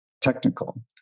technical